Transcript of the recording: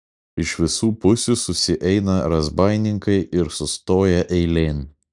iš visų pusių susieina razbaininkai ir sustoja eilėn